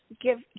give